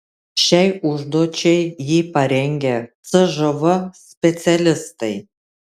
šiai užduočiai jį parengę cžv specialistai